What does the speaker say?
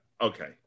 Okay